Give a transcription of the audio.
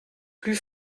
plus